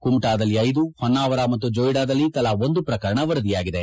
ಕುಮಟಾದಲ್ಲಿ ಐದು ಹೊನ್ನಾವರ ಮತ್ತು ಜೊಯಿಡಾದಲ್ಲಿ ತಲಾ ಒಂದು ಪ್ರಕರಣ ವರದಿಯಾಗಿದೆ